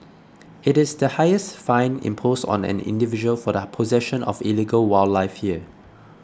it is the highest fine imposed on an individual for the possession of illegal wildlife here